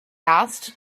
asked